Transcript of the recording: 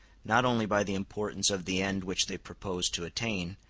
not only by the importance of the end which they propose to attain,